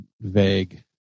vague